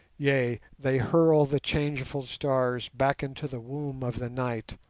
yea, they hurl the changeful stars back into the womb of the night